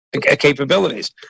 capabilities